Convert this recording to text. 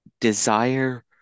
desire